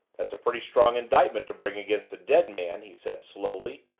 that's a pretty strong indictment to bring against a dead man, he said slowly,